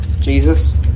Jesus